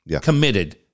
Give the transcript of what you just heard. committed